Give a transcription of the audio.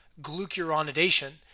glucuronidation